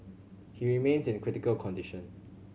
he remains in critical condition